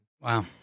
Wow